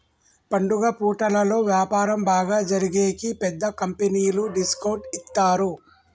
పండుగ పూటలలో వ్యాపారం బాగా జరిగేకి పెద్ద కంపెనీలు డిస్కౌంట్ ఇత్తారు